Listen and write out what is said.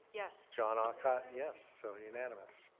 yes. john aucott. yes. so unanimous.